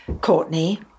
Courtney